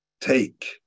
take